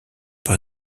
par